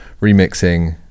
remixing